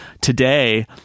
today